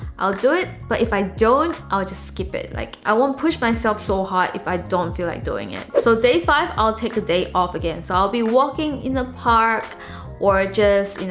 i'll do it but if i don't i'll just skip it, like, i won't push myself so hard if i don't feel like doing it. so day five, i'll take a day off again. so i'll be walking in the park or just, you know,